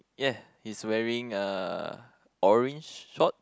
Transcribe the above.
yeah he's wearing uh orange short